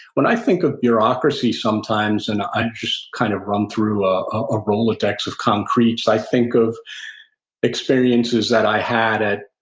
when i think of bureaucracy sometimes, and i just kind of run through a ah rolodex of concretes, i think of experiences that i had at,